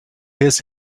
his